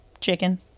chicken